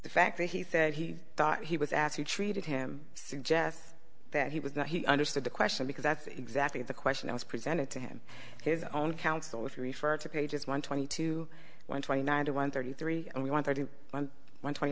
the fact that he said he thought he was actually treated him suggests that he was not he understood the question because that's exactly the question i was presented to him his own counsel if you refer to pages one twenty two one twenty nine to one thirty three and we want thirty one twenty